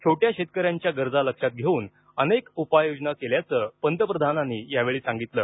छोट्या शेतकऱ्यांच्या गरजा लक्षात घेऊन अनेक उपाययोजना केल्याचं पंतप्रधानांनी यावेळी सांगितलं